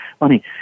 money